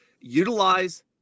Utilize